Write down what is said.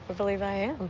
but believe i am.